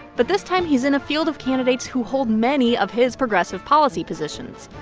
but this time, he's in a field of candidates who hold many of his progressive policy positions.